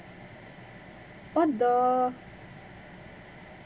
what the